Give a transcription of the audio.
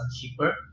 cheaper